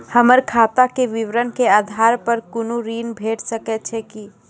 हमर खाता के विवरण के आधार प कुनू ऋण भेट सकै छै की?